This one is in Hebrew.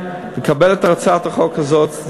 לקבל את הצעת החוק הזאת.